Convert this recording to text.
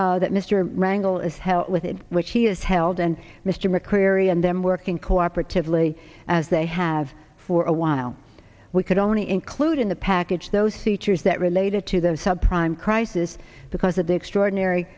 respect that mr rangle is help with it which he is held and mr mccrary and then working cooperatively as they have for a while we could only include in the package those features that related to the sub prime crisis because of the extraordinary